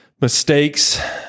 mistakes